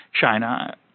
China